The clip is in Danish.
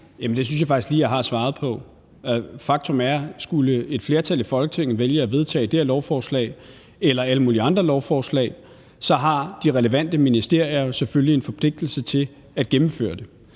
Det synes jeg faktisk at jeg lige har svaret på. Faktum er, at skulle et flertal i Folketinget vælge at vedtage det her lovforslag eller alle mulige andre lovforslag, har de relevante ministerier selvfølgelig en forpligtigelse til at gennemføre det.